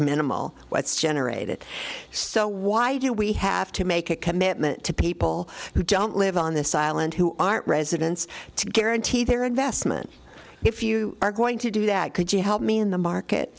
minimal when it's generated so why do we have to make a commitment to people who don't live on this island who aren't residents to guarantee their investment if you are going to do that could you help me in the market